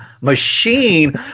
machine